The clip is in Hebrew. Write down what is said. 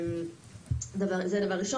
בנוסף,